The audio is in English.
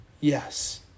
yes